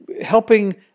helping